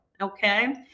Okay